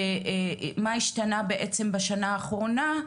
מה השתנה בעצם בשנה האחרונה,